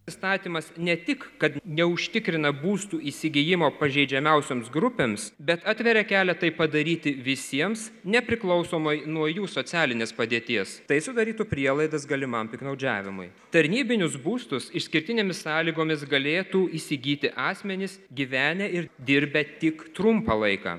įstatymas ne tik kad neužtikrina būstų įsigijimo pažeidžiamiausioms grupėms bet atveria kelią tai padaryti visiems nepriklausomai nuo jų socialinės padėties tai sudarytų prielaidas galimam piktnaudžiavimui tarnybinius būstus išskirtinėmis sąlygomis galėtų įsigyti asmenys gyvenę ir dirbę tik trumpą laiką